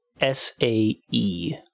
S-A-E